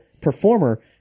performer